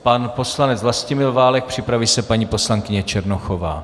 Pan poslanec Vlastimil Válek, připraví se paní poslankyně Černochová.